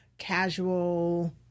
casual